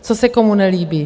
Co se komu nelíbí?